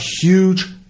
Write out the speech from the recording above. huge